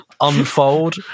unfold